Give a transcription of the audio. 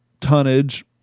tonnage